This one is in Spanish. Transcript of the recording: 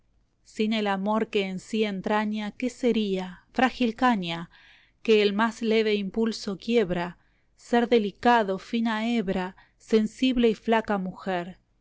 sin el amor que en sí entraña qué sería frágil caña que el más leve impulso quiebra ser delicado fina hebra sensible y flaca mujer